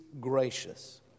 gracious